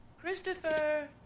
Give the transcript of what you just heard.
Christopher